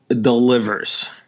delivers